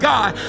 God